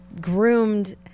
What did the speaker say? groomed